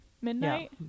midnight